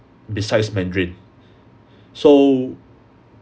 besides mandarin so